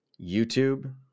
YouTube